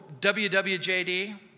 WWJD